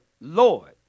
Lord